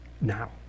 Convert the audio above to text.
now